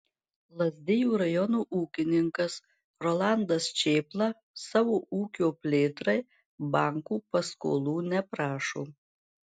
lazdijų rajono ūkininkas rolandas čėpla savo ūkio plėtrai bankų paskolų neprašo